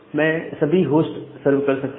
मैं सभी host serve कर सकता हूं